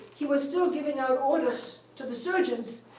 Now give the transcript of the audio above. he was still giving out orders to the surgeons.